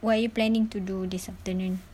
what are you planning to do this afternoon